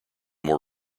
more